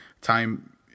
time